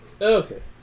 Okay